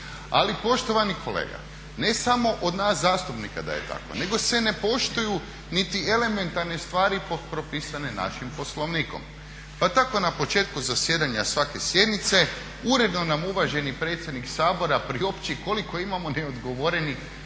Ali poštovani kolega ne samo od nas zastupnika da je tako, nego se ne poštuju niti elementarne stvari propisane našim Poslovnikom. Pa tako na početku zasjedanja svake sjednice uredno nam uvaženi predsjednik Sabora priopći koliko imamo neodgovorenih